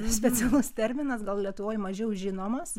specialus terminas gal lietuvoj mažiau žinomas